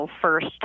first